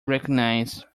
recognized